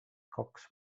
kaks